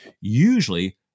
usually